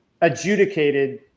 adjudicated